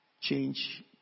Change